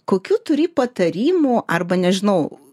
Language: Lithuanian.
kokių turi patarimų arba nežinau